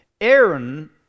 Aaron